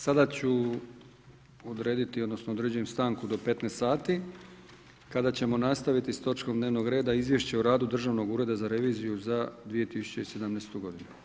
Sada ću odrediti, odnosno određujem stanku do 15h kada ćemo nastaviti sa točkom dnevnog reda, Izvješće o radu Državnog ureda za reviziju za 2017. godinu